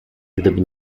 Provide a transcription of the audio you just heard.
gdyby